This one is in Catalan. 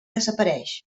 desapareix